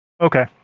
Okay